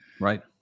Right